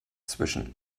zwischen